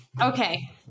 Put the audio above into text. Okay